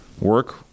work